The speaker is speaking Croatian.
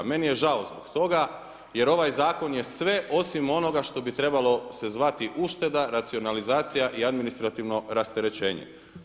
Meni je žao zbog toga jer ovaj zakon je sve osim onoga što bi trebalo se zvati ušteda, racionalizacija i administrativno rasterećenje.